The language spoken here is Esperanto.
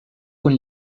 kun